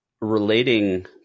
relating